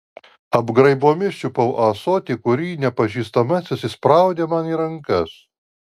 apgraibomis čiupau ąsotį kurį nepažįstamasis įspraudė man į rankas